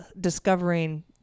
discovering